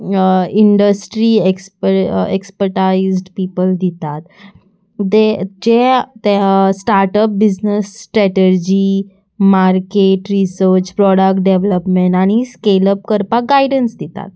industry exper expertised people दितात दे जे ते startup business strategy market research product development आनी स्केलअप करपाक गायडन्स दितात